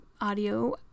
audio